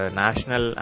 national